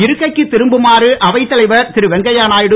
இருக்கைக்கு திரும்புமாறு அவைத் தலைவர் திரு வெங்கையநாயுடு